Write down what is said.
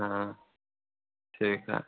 हाँ ठीक है